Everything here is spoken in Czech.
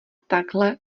takhle